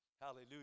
Hallelujah